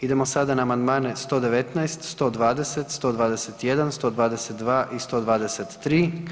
Idemo sada na Amandmane 119., 120., 121., 122. i 123.